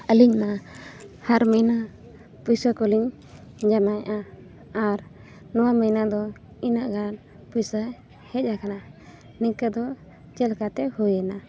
ᱟᱹᱞᱤᱧ ᱢᱟ ᱦᱟᱨ ᱢᱟᱹᱦᱱᱟᱹ ᱯᱚᱭᱥᱟ ᱠᱚᱞᱤᱧ ᱡᱚᱢᱟᱭᱮᱜᱼᱟ ᱟᱨ ᱱᱚᱣᱟ ᱢᱟᱹᱦᱱᱟᱹ ᱫᱚ ᱤᱱᱟᱹᱜ ᱜᱟᱱ ᱯᱚᱭᱥᱟ ᱦᱮᱡ ᱟᱠᱟᱱᱟ ᱱᱤᱝᱠᱟᱹ ᱫᱚ ᱪᱮᱫ ᱞᱮᱠᱟᱛᱮ ᱦᱩᱭᱮᱱᱟ